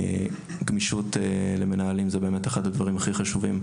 גמישות למנהלים היא אחד הדברים הכי חשובים,